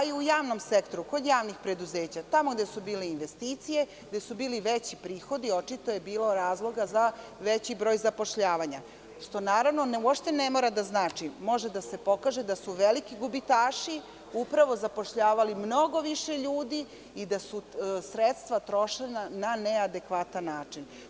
U javnom sektoru, kod javnih preduzeća, tamo gde su bile investicije, gde su bili veći prihodi, očito je bilo razloga za veći broj zapošljavanja, što naravno uopšte ne mora da znači, može da se pokaže da su veliki gubitaši upravo zapošljavali mnogo više ljudi i da su sredstva trošena na neadekvatan način.